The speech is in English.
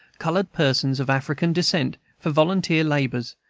colored persons of african descent for volunteer laborers,